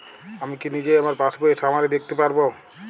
আমি কি নিজেই আমার পাসবইয়ের সামারি দেখতে পারব?